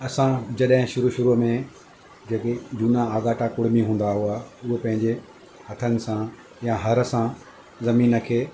असां जॾहिं शुरू शुरूअ में जेके झूना आॻाटा टोण में हूंदा हुआ उहा पंहिंजे हथनि सां या हर सां ज़मीन खे